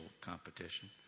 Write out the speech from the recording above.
competition